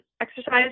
Exercise